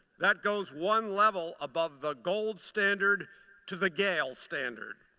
that goes one level above the gold standard to the gail standard.